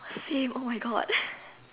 same oh my God